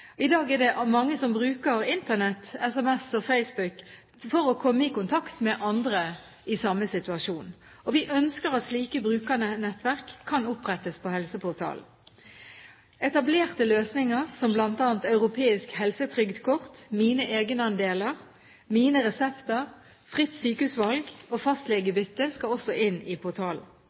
I dag er det mange som bruker Internett, SMS og Facebook for å komme i kontakt med andre i samme situasjon. Vi ønsker at slike brukernettverk kan opprettes på helseportalen. Etablerte løsninger som bl.a. «europeisk helsetrygdkort», «mine egenandeler», «mine resepter», «fritt sykehusvalg» og «fastlegebytte» skal også inn i portalen.